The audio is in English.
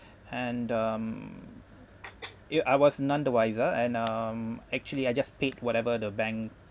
and um ya I was none the wiser and um actually I just paid whatever the bank